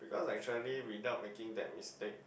cause actually without making that mistake